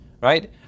Right